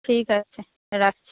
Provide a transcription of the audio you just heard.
ঠিক আছে রাখছি